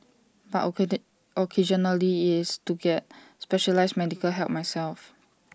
but occasionally is to get specialised medical help myself